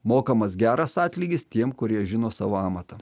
mokamas geras atlygis tiem kurie žino savo amatą